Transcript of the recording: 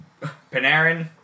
Panarin